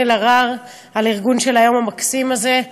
אלהרר על הארגון של היום המקסים הזה.